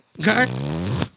Okay